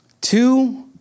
Two